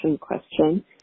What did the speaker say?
question